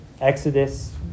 Exodus